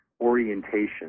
orientation